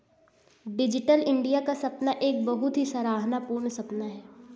digital India का सपना एक बहुत ही सराहना पूर्ण सपना है